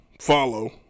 follow